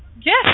Yes